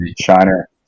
Shiner